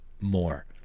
more